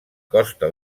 costa